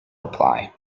apply